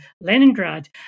Leningrad